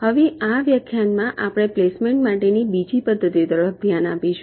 હવે આ વ્યાખ્યાનમાં આપણે પ્લેસમેન્ટ માટેની બીજી પદ્ધતિ તરફ ધ્યાન આપીશું